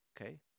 okay